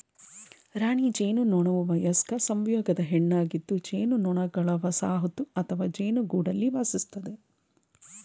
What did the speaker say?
ರಾಣಿ ಜೇನುನೊಣವುವಯಸ್ಕ ಸಂಯೋಗದ ಹೆಣ್ಣಾಗಿದ್ದುಜೇನುನೊಣಗಳವಸಾಹತುಅಥವಾಜೇನುಗೂಡಲ್ಲಿವಾಸಿಸ್ತದೆ